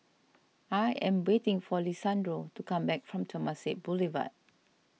I am waiting for Lisandro to come back from Temasek Boulevard